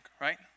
right